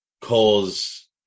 cause